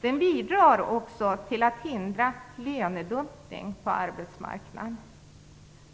Den bidrar också till att hindra lönedumpning på arbetsmarknaden.